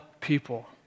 people